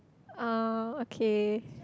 uh okay